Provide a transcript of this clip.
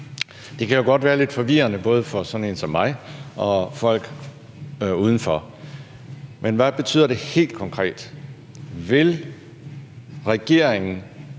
Det kan jo godt være lidt forvirrende, både for sådan en som mig og for folk udenfor. Men hvad betyder det helt konkret? Vil regeringen